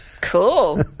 Cool